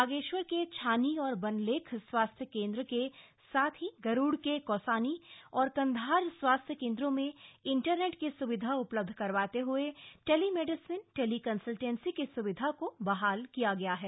बागेश्वर के छानी और बनलेख स्वास्थ्य केन्द्र के साथ ही गरूड़ के कौसानी और कन्धार स्वास्थ्य केन्द्रों में इंटरनेट की स्विधा उपलब्ध करवाते हुए टेलीमेडिसन टेलीकंस्लटेंसी की स्विधा को बहाल की गई है